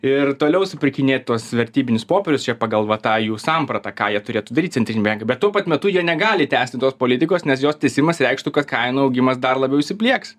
ir toliau supirkinėt tuos vertybinius popierius čia pagal va tą jų sampratą ką jie turėtų daryt centriniai bankai bet tuo pat metu jie negali tęsti tos politikos nes jos tęsimas reikštų kad kainų augimas dar labiau įsiplieks